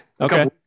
Okay